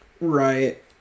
Right